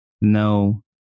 no